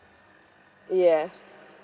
ya